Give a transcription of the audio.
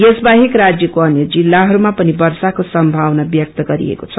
यस बाहेक राज्यको अन्य जिल्लाहरूमा पनि वर्षाको सम्भावना व्यक्त गरिएको छ